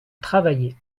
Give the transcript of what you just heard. travailler